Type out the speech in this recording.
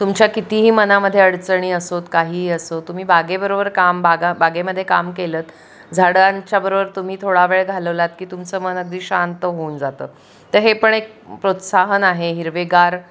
तुमच्या कितीही मनामध्ये अडचणी असोत काहीही असो तुम्ही बागेबरोबर काम बागा बागेमध्ये काम केलंत झाडांच्या बरोबर तुम्ही थोडा वेळ घालवलात की तुमचं मन अगदी शांत होऊन जातं तर हे पण एक प्रोत्साहन आहे हिरवेगार